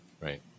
Right